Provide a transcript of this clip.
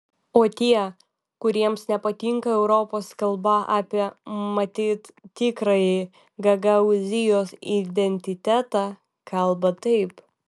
o tie kuriems nepatinka europos kalba apie matyt tikrąjį gagaūzijos identitetą kalba taip